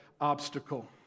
obstacle